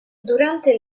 durante